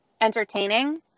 entertaining